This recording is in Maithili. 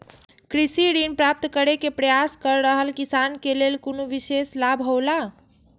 कृषि ऋण प्राप्त करे के प्रयास कर रहल किसान के लेल कुनु विशेष लाभ हौला?